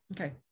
Okay